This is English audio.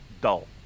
dull